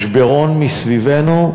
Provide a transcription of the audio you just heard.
משברון מסביבנו,